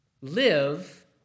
live